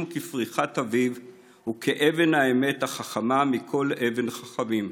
כפריחת אביב / וכאבן האמת החכמה מכל אבן חכמים.